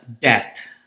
death